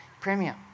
Premier